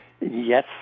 Yes